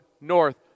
north